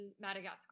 madagascar